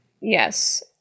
Yes